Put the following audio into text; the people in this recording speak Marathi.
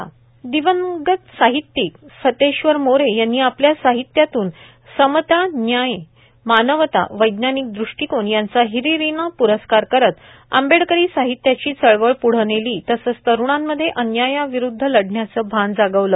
दिवंगत साहित्यिक मोरे दिवंगत साहित्यिक सतेश्वर मोरे यांनी आपल्या साहित्यात्न समता न्याय मानवता वैज्ञानिक दृष्टिकोन यांचा हिरीरीने प्रस्कार करत आंबेडकरी साहित्याची चळवळ प्ढे नेली तसेच तरुणांमध्ये अन्यायाविरुद्ध लढण्याचे भान जागविले